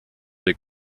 des